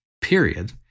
period